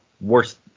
worst